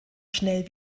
schnell